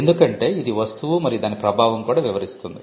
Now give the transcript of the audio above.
ఎందుకంటే ఇది వస్తువు మరియు దాని ప్రభావం కూడా వివరిస్తుంది